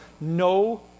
no